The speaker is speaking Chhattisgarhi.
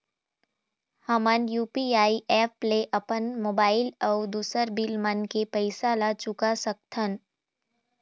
हमन यू.पी.आई एप ले अपन मोबाइल अऊ दूसर बिल मन के पैसा ला चुका सकथन